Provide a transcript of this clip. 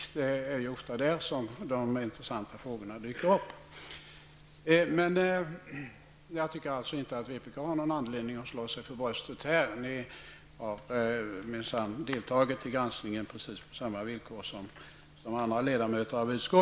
Det är ofta där som de intressanta frågor dyker upp. Vänsterpartiet har inte någon anledning att slå sig för bröstet. Ni har minsann deltagit i granskningen på precis samma villkor som andra ledamöter i KU.